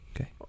Okay